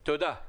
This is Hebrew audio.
תודה.